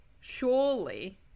surely